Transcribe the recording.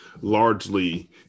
largely